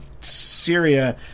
Syria